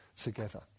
together